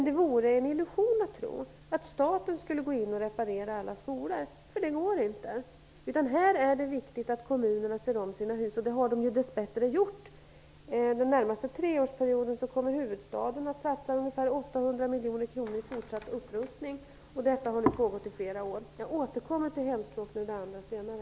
Det är en illusion att tro att staten skall gå in och reparera alla skolor. Det går inte. Här är det viktigt att kommunerna ser om sina hus, och det har de ju dess bättre gjort. Den närmaste treårsperioden kommer huvudstaden att satsa ungefär 800 miljoner kronor i fortsatt upprustning av skolbyggnader. Detta har nu pågått i flera år. Jag återkommer till hemspråken och det andra senare.